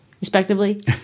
respectively